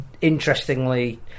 Interestingly